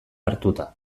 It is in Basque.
hartuta